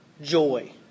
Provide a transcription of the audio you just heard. joy